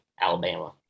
Alabama